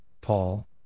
Paul